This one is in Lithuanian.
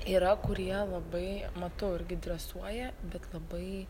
yra kurie labai matau irgi dresuoja bet labai